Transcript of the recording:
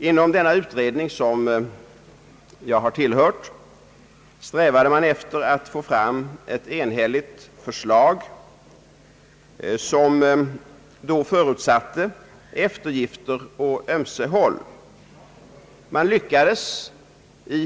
Inom denna utredning, som jag har tillhört, strävade man efter att få fram ett enhälligt förslag, som då förutsatte eftergifter på ömse håll.